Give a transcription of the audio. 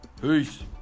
peace